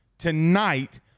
tonight